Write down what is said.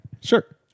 sure